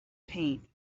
paint